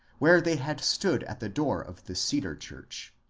where they had stood at the door of the cedar church.